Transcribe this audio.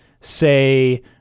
say